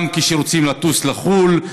גם כשהם רוצים לטוס לחו"ל.